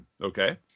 Okay